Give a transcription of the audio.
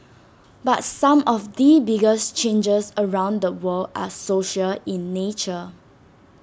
but some of the biggest changes around the world are social in nature